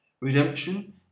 Redemption